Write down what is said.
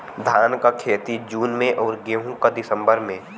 धान क खेती जून में अउर गेहूँ क दिसंबर में?